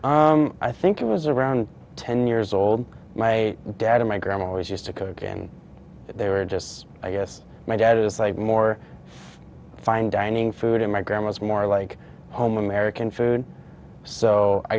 i think it was around ten years old my dad and my grandma always used to cook and they were just i guess my dad was like more fine dining food and my grandma is more like home american food so i